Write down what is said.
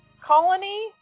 colony